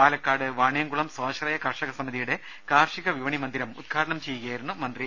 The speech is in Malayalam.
പാലക്കാട് വാണിയംകുളം സ്വാശ്രയ കർഷക സമിതിയുടെ കാർഷിക വിപണി മന്ദിരം ഉൽഘാടനം ചെയ്യുകയായിരുന്നു മന്ത്രി